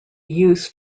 use